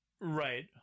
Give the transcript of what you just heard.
Right